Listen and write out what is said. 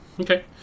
okay